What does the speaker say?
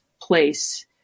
place